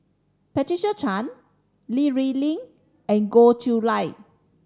Patricia Chan Li Rulin and Goh Chiew Lye